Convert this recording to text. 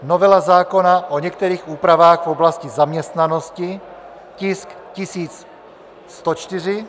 novela zákona o některých úpravách v oblasti zaměstnanosti, tisk 1104,